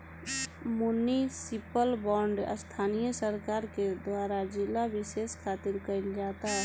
municipal bond स्थानीय सरकार के द्वारा जिला बिशेष खातिर कईल जाता